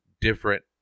different